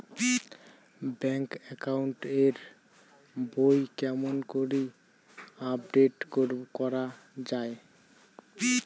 Bank account এর বই কেমন করি আপডেট করা য়ায়?